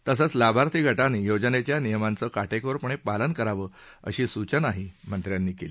तसंच लाभार्थी गटांनी योजनेच्या नियमांचं काटेकोरपणे पालन करावं अशी सूचनाही मंत्र्यांनी केली